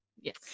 Yes